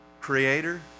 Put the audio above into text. creator